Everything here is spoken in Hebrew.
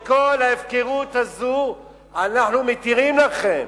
את כל ההפקרות הזו אנחנו מתירים לכם.